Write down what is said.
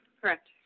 Correct